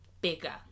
bigger